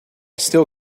still